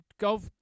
Go